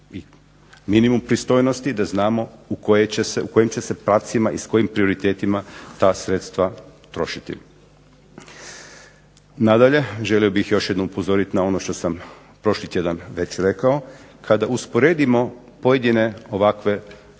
i minimum pristojnosti da znamo u kojim će se pravcima i s kojim prioritetima ta sredstva trošiti. Nadalje, želio bih još jednom upozoriti na ono što sam prošli tjedan već rekao. Kada usporedimo pojedine ovakve sporazume